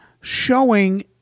showing